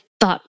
thought